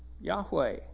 Yahweh